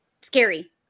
scary